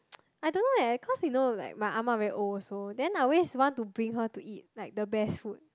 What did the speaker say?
I don't know leh cause you know right my ah-ma very old also then I always want to bring her to eat like the best food